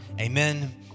amen